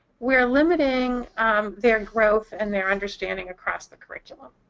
we're limiting their growth and their understanding across the curriculum.